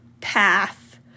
path